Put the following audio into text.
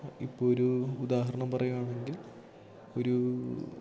ഇപ്പോഴൊരു ഉദാഹരണം പറയുകയാണെങ്കിൽ ഒരു